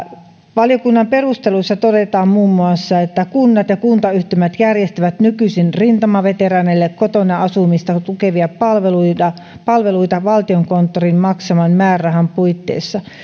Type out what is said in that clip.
valiokunnan perusteluissa todetaan muun muassa että kunnat ja kuntayhtymät järjestävät nykyisin rintamaveteraaneille kotona asumista tukevia palveluita palveluita valtiokonttorin maksaman määrärahan puitteissa